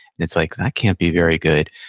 and it's like, that can't be very good.